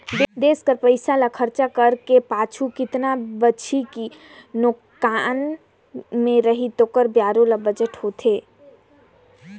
देस कर पइसा ल खरचा करे कर पाछू केतना बांचही कि नोसकान में रही तेकर ब्योरा बजट में होथे